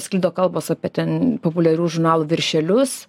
sklido kalbos apie ten populiarių žurnalų viršelius